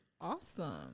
awesome